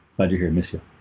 glad you're here. mr